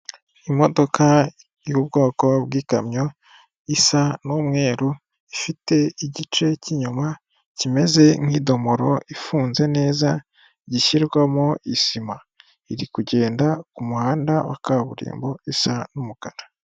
Imodoka y'ubwoko bw'ikamyo isa n'umweru ifite igice cy'inyuma kimeze nk'idomoro ifunze neza gishyirwamo isima, iri kugenda ku muhanda wa kaburimbo isa n'umukara.